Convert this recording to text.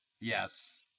Yes